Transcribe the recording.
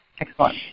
Excellent